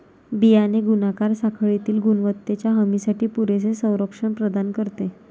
बियाणे गुणाकार साखळीतील गुणवत्तेच्या हमीसाठी पुरेसे संरक्षण प्रदान करते